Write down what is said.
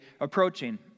approaching